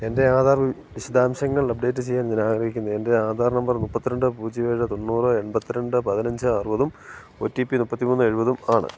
എൻറ്റെ ആധാർ വിശദാംശങ്ങൾ അപ്ഡേറ്റ് ചെയ്യാൻ ഞാനാഗ്രഹിക്കുന്നു എൻറ്റെ ആധാർ നമ്പർ മുപ്പത്തിരണ്ട് പൂജ്യം ഏഴ് തൊണ്ണൂറ് എൺപത്തിരണ്ട് പതിനഞ്ച് അറുപതും ഒ റ്റി പി മുപ്പത്തിമൂന്ന് എഴുപതുമാണ്